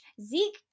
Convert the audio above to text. Zeke